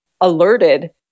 alerted